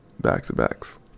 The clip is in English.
back-to-backs